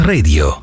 Radio